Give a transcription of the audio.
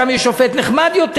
שם יש שופט נחמד יותר,